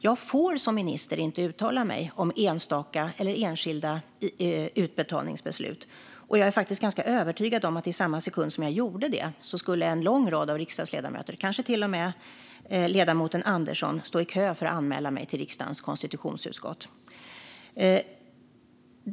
Jag får som minister inte uttala mig om enskilda utbetalningsbeslut, och jag är ganska övertygad om att i samma sekund som jag gjorde det skulle en lång rad av riksdagsledamöter - kanske till och med ledamoten Andersson - ställa sig i kö för att anmäla mig till riksdagens konstitutionsutskott.